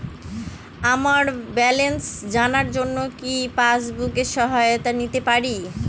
আমার ব্যালেন্স জানার জন্য কি পাসবুকের সহায়তা নিতে পারি?